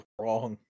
wrong